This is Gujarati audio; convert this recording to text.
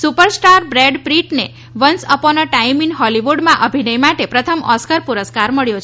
સુપરસ્ટાર બ્રેડ પ્રીટને once upon a time in હોલીવુડમાં અભિનય માટે પ્રથમ ઓસ્કર પુરસ્કાર મળ્યો છે